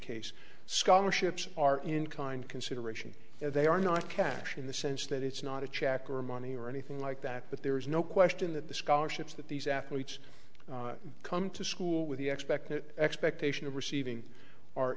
case scholarships are in kind consideration they are not cash in the sense that it's not a check or money or anything like that but there is no question that the scholarships that these athletes come to school with the expectation expectation of receiving are